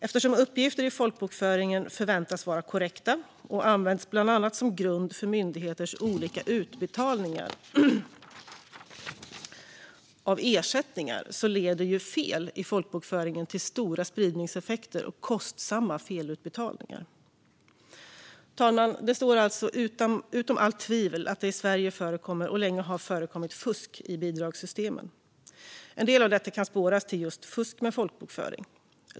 Eftersom uppgifter i folkbokföringen förväntas vara korrekta och bland annat används som grund för myndigheters olika utbetalningar av ersättningar leder fel i folkbokföringen till stora spridningseffekter och kostsamma felutbetalningar. Fru talman! Det står alltså utom allt tvivel att det i Sverige förekommer och länge har förekommit fusk i bidragssystemen. En del av detta kan spåras till fusk med folkbokföring.